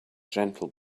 gentle